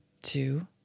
two